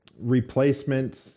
replacement